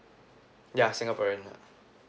ya singaporean